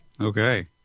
Okay